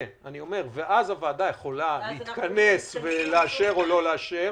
אז הוועדה יכולה להתכנס ולאשר או לא לאשר,